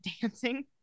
dancing